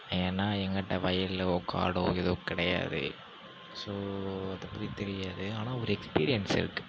ஏன்னா எங்கிட்ட வயல்லோ காடோ எதுவும் கிடையாது ஸோ அதைப்பத்தி தெரியாது ஆனால் ஒரு எக்ஸ்பீரியன்ஸ் இருக்கு